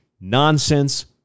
nonsense